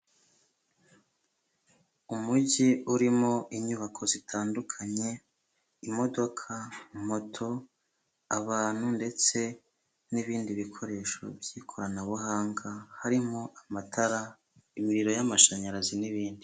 Umujyi urimo inyubako zitandukanye, imodoka, moto, abantu ndetse n'ibindi bikoresho by'ikoranabuhanga, harimo amatara, imiriro y'amashanyarazi n'ibindi.